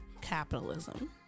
capitalism